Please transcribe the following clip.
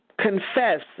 confess